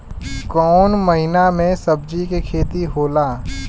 कोउन महीना में सब्जि के खेती होला?